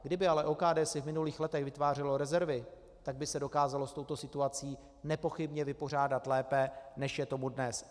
Kdyby si ale OKD v minulých letech vytvářelo rezervy, tak by se dokázalo s touto situací nepochybně vypořádat lépe, než je tomu dnes.